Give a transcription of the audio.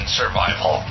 survival